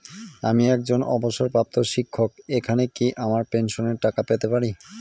আমি একজন অবসরপ্রাপ্ত শিক্ষক এখানে কি আমার পেনশনের টাকা পেতে পারি?